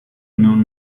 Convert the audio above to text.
non